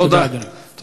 תודה, אדוני.